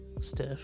stiff